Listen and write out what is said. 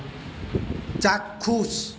চাক্ষুষ